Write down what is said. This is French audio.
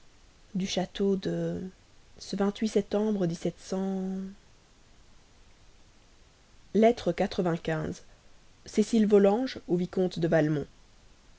du château de lettre cécile vol au vicomte de